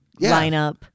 lineup